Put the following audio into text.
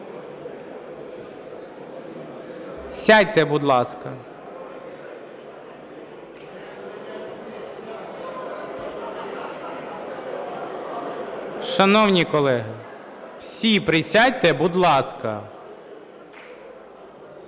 Сядьте, будь ласка. Шановні колеги, всі присядьте, будь ласка.